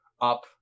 up